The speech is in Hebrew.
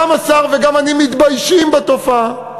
וגם השר וגם אני מתביישים בתופעה,